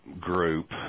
Group